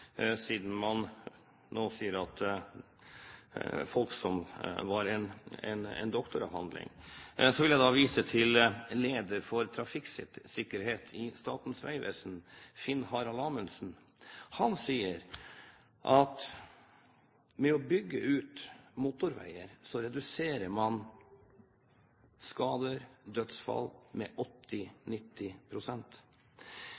siden man nå sier at dette var en doktoravhandling fra en i Folksam. Så vil jeg vise til lederen for trafikksikkerhet i Statens vegvesen, Finn Harald Amundsen. Han sier at ved å bygge ut motorveier, reduserer man skader og dødsfall med